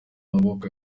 maboko